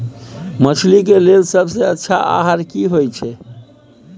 मछली के लेल सबसे अच्छा आहार की होय छै?